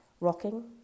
rocking